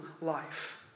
life